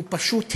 הוא פשוט הסית,